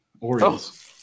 Orioles